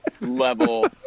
level